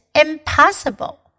impossible